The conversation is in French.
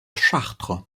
chartres